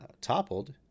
toppled